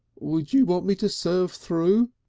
would you want me to serve through?